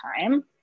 time